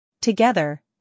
Together